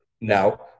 Now